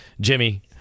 Jimmy